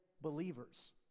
believers